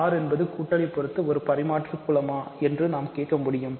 R என்பது கூட்டலை பொறுத்து ஒரு பரிமாற்று குலமா என்று நாம் கேட்க முடியும்